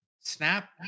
Snap